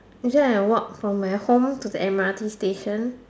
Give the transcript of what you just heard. usually I walk from my home to the M_R_T station